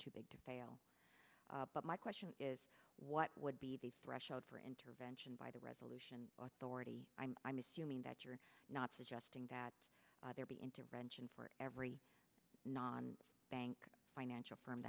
too big to fail but my question is what would be the fresh out for intervention by the resolution authority i'm assuming that you're not suggesting that there be intervention for every non bank financial f